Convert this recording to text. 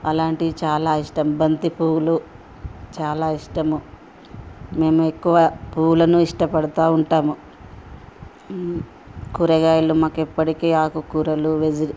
అలాంటి చాలా ఇష్టం బంతి పువ్వులు చాలా ఇష్టము మేము ఎక్కువ పూలను ఇష్టపడతా ఉంటాము కూరగాయలు మాకు ఎప్పటికీ ఆకుకూరలు వెజ్